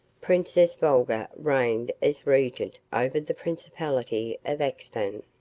princess volga reigned as regent over the principality of axphain.